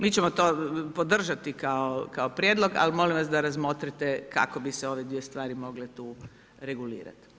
Mi ćemo to podržati kao prijedlog ali molim vas da razmotrite kako bi se ove dvije stvari mogle tu regulirati.